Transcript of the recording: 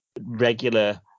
regular